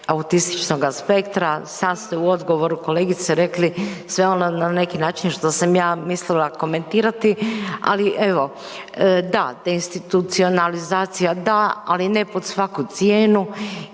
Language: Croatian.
autističnog aspektra. Sad ste u odgovoru kolegice rekli sve ono na neki način što sam ja mislila komentirati, ali evo, da deinstitucionalizacija da, ali ne pod svaku cijenu